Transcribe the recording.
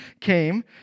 came